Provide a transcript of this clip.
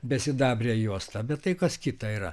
besidabrę juostą bet tai kas kita yra